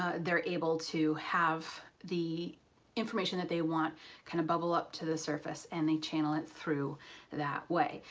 ah they're able to have the information that they want kind of bubble up to the surface and they channel it through that way.